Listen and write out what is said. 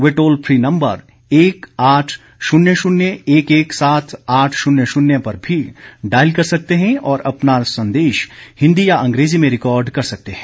वे toll free number एक आठ शुन्य शून्य एक एक सात आठ शुन्य शुन्य पर भी डायल कर सकते हैं और अपना संदेश हिंदी या अंग्रेजी में रिकॉर्ड कर सकते हैं